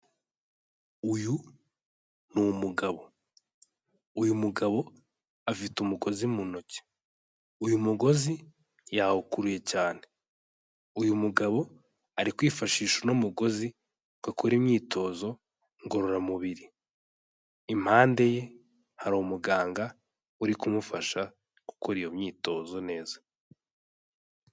Uyu ni umugabo, uyu mugabo afite umugozi mu ntoki, uyu mugozi yawukuruye cyane, uyu mugabo ari kwifashisha uno mugozi agakora imyitozo ngororamubiri. Impande ye hari umuganga uri kumufasha gukora iyo myitozo neza.